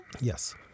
Yes